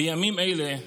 בימים אלה,